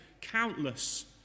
countless